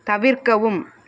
தவிர்க்கவும்